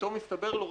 ופתאום הסתבר לו,